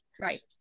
Right